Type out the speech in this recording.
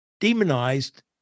demonized